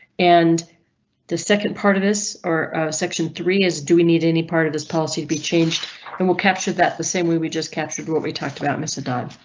and the second part of this or section three is do we need any part of this policy to be changed and will capture that the same way we just captured what we talked about? mr don?